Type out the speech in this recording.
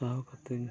ᱥᱟᱦᱟᱣ ᱠᱟᱛᱮᱧ